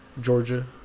Georgia